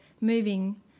moving